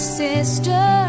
sister